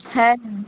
হ্যাঁ হ্যাঁ